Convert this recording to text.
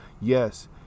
Yes